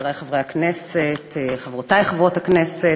חברי חברי הכנסת, חברותי חברות הכנסת,